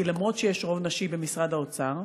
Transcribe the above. כי אף שיש רוב של נשים במשרד האוצר,